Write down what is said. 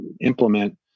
implement